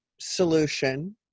solution